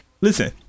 Listen